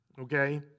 Okay